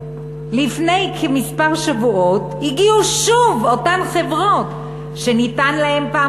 לפני כמה שבועות הגיעו שוב אותן חברות שנתנו להן בפעם